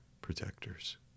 protectors